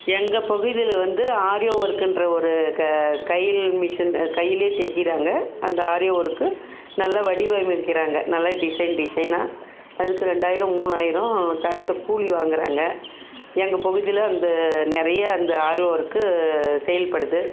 எங்கள் பகுதியில் வந்து ஆரியோ ஒர்க்குன்ற ஒரு கையால் மிஷின் கையிலேயே தைக்கிறாங்க அந்த ஆரியோ ஒர்க்கு நல்ல வடிவமைக்கிறாங்க நல்லா டிசைன் டிசைனாக அதுக்கு ரெண்டாயிரம் மூணாயிரம் தகுந்த கூலி வாங்குகிறாங்க எங்கள் பகுதியில் அந்த நிறையா அந்த ஆரியோ ஒர்க்கு செயல்படுது